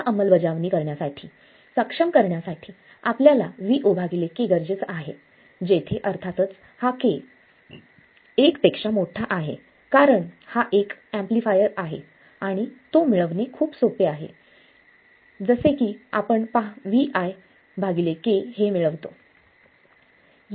या अंमलबजावणी करण्यासाठी सक्षम करण्यासाठी आपल्याला Vo k गरजेचा आहे जेथे अर्थातच हा k हा एक पेक्षा मोठा आहे कारण हा एक एक एम्प्लिफायर आहे आणि तो मिळवणे खूप सोपे आहे आहे जसे की आपण Vo k हे मिळवतो